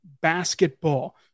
basketball